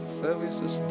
services